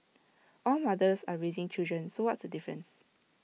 all mothers are raising children so what's the difference